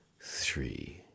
three